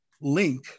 link